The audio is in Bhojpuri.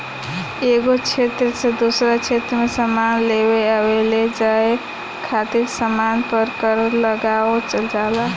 एगो क्षेत्र से दोसरा क्षेत्र में सामान लेआवे लेजाये खातिर सामान पर कर लगावल जाला